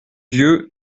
vieux